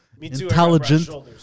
intelligent